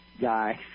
guy